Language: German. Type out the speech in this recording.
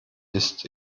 ist